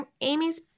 amy's